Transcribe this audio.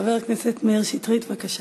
חבר הכנסת מאיר שטרית, בבקשה.